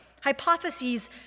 Hypotheses